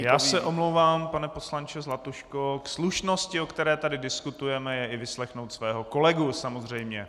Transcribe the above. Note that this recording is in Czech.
Já se omlouvám, pane poslanče Zlatuško, k slušnosti, o které tady diskutujeme je i vyslechnout svého kolegu samozřejmě.